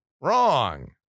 Wrong